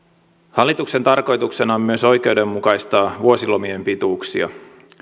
hallituksen tarkoituksena on myös oikeudenmukaistaa vuosilomien pituuksia